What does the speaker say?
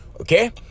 Okay